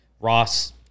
Ross